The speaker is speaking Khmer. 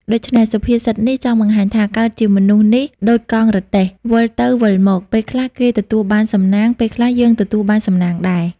ដូច្នេះសុភាសិតនេះ ចង់បង្ហាញថា “កើតជាមនុស្សនេះ ដូចកង់រទេះ វិលទៅវិលមក ពេលខ្លះគេទទួលបានសំណាង ពេលខ្លះយើងទទួលបានសំណាងដែរ ”។